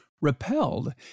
repelled